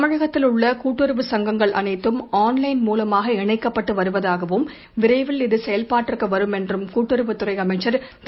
தமிழகத்தில் உள்ள கூட்டுறவு சங்கங்கள் அனைத்தும் ஆன்லைன் மூலமாக இணைக்கப்பட்டு வருவதாகவும் விரைவில் இது செயல்பாட்டுக்கு வரும் என்றும் கூட்டுறவுத் துறை அமைச்சர் திரு